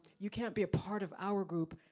you can't be a part of our group,